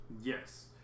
Yes